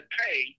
pay